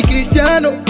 Cristiano